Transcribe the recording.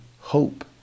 hope